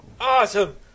Awesome